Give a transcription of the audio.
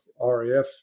RAF